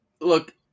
look